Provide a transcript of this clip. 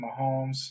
Mahomes